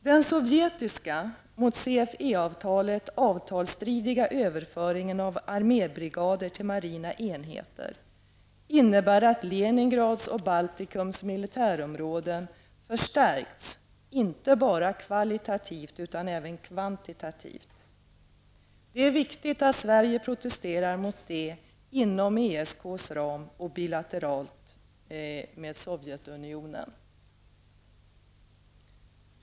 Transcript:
Den sovjetiska, mot CFE-avtalet avtalsstridiga överföringen av armébrigader till marina enheter innebär att Leningrads och Baltikums militärområden förstärkts inte bara kvalitativt utan även kvantitativt. Det är viktigt att Sverige protesterar mot detta inom ESKs ram och bilateralt med Sovjetunionen.